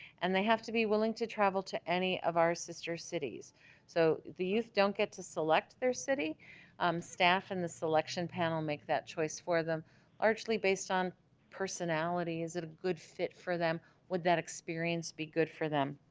and they have to be willing to travel to any of our sister cities so the youth don't get to select their city staff and the selection panel make that choice for them largely based on personality is it a good fit for them would that experience be good for them?